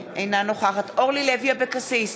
אינה נוכחת אורלי לוי אבקסיס,